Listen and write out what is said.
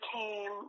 came